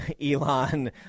Elon